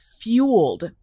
fueled